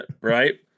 right